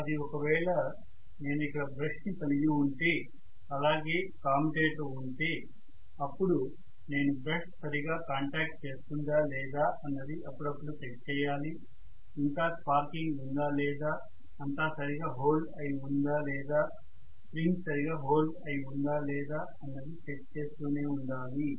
అదే ఒకవేళ నేను ఇక్కడ బ్రష్ ని కలిగి ఉంటే అలాగే కామ్యుటేటర్ ఉంటే అప్పుడు నేను బ్రష్ సరిగా కాంటాక్ట్ చేస్తుందా లేదా అన్నది అప్పుడప్పుడు చెక్ చేయాలి ఇంకా స్పార్కింగ్ ఉందా లేదా అంతా సరిగా హోల్డ్ అయి ఉందా లేదా స్ప్రింగ్ సరిగా హోల్డ్ అయి ఉందా లేదా అన్నది చెక్ చేస్తూనే ఉండాలి